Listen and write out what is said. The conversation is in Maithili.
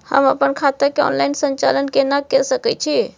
हम अपन खाता के ऑनलाइन संचालन केना के सकै छी?